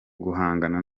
guhangana